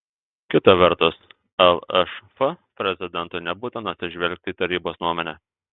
kita vertus lšf prezidentui nebūtina atsižvelgti į tarybos nuomonę